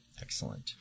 Excellent